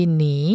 Ini